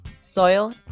Soil